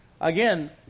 Again